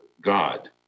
God